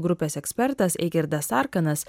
grupės ekspertas eigirdas arkanas